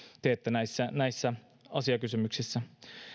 teette näissä näissä asiakysymyksissä